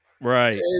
Right